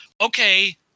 okay